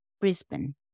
Brisbane